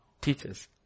teachers